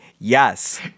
yes